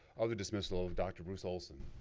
of the dismissal of dr. bruce olsson?